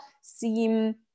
seem